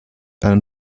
einen